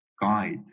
guide